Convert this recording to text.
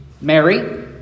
Mary